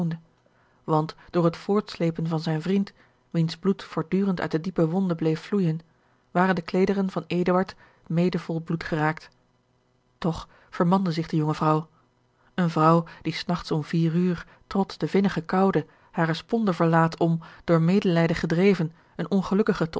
want door het voortslepen van zijn vriend wiens bloed voortdurend uit de diepe wonde bleef vloeijen waren de kleederen van eduard mede vol bloed geraakt toch vermande zich de jonge vrouw eene vrouw die s nachts om vier uur trots de vinnige koude hare sponde verlaat om door medelijden gedreven een ongelukkige